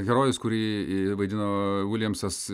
herojus kurį vaidino viljamsas